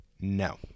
no